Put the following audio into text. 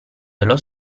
dello